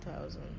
thousand